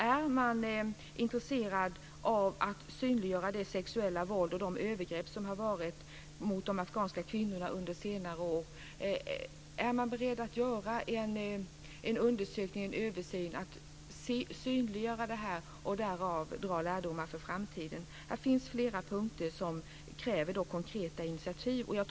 Är man intresserad av att synliggöra det sexuella våld och de övergrepp som har varit mot de afghanska kvinnorna under senare år? Är man beredd att göra en undersökning, en översyn, för att synliggöra det här och därav dra lärdomar för framtiden? Här finns flera punkter som kräver konkreta initiativ.